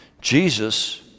Jesus